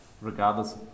regardless